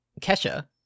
kesha